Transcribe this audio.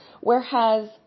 Whereas